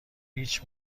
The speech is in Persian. هیچ